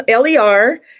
LER